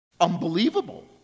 Unbelievable